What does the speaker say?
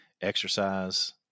exercise